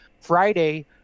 friday